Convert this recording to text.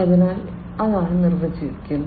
അതിനാൽ അതാണ് നിർവചിച്ചിരിക്കുന്നത്